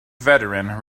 veteran